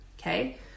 Okay